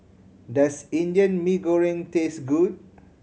does Indian Mee Goreng taste good